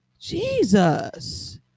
Jesus